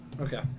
Okay